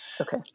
Okay